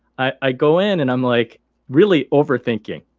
i i go in and i'm like really overthinking.